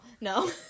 No